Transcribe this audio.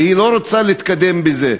והיא לא רוצה להתקדם לזה.